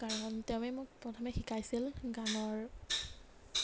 কাৰণ তেওঁৱে মোক প্ৰথমে শিকাইছিল গানৰ